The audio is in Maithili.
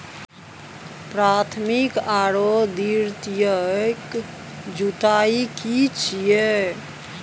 प्राथमिक आरो द्वितीयक जुताई की छिये?